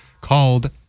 called